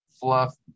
fluff